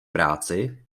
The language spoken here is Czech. práci